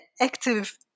active